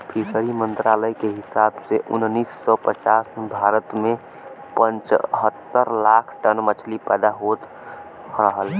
fishery मंत्रालय के हिसाब से उन्नीस सौ पचास में भारत में पचहत्तर लाख टन मछली पैदा होत रहल